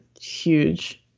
huge